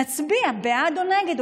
נצביע בעד או נגד,